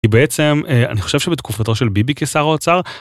כי בעצם אני חושב שבתקופתו של ביבי כשר האוצר